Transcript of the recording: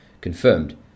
confirmed